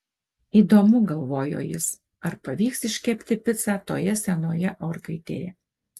įdomu galvojo jis ar pavyks iškepti picą toje senoje orkaitėje